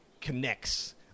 connects